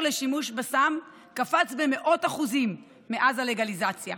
לשימוש בסם קפץ במאות אחוזים מאז הלגליזציה,